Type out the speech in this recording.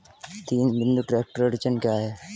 तीन बिंदु ट्रैक्टर अड़चन क्या है?